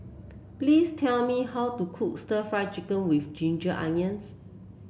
please tell me how to cook Stir Fried Chicken with Ginger Onions